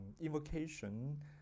invocation